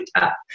up